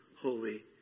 holy